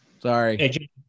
Sorry